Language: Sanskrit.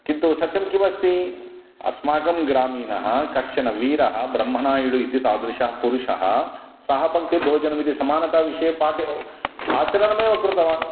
किन्तु सत्यं किमस्ति अस्माकं ग्रामीणः कश्चनः वीरः ब्रह्मनायडुः इति तादृशः पुरुषः सहपङ्क्तिभोजनं इति समानता विषये पाठम् आचरणमेव कृतवान्